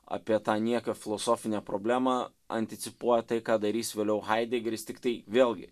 apie tą nieką filosofinę problemą anticipuoja tai ką darys vėliau haidegris tiktai vėlgi